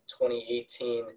2018